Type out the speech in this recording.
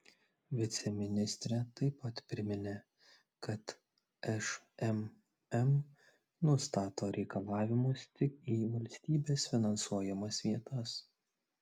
viceministrė taip pat priminė kad šmm nustato reikalavimus tik į valstybės finansuojamas vietas